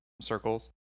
circles